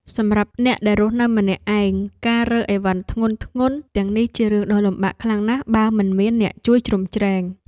សម្រាប់អ្នកដែលរស់នៅម្នាក់ឯងការរើអីវ៉ាន់ធ្ងន់ៗទាំងនេះជារឿងដ៏លំបាកខ្លាំងណាស់បើមិនមានអ្នកជួយជ្រោមជ្រែង។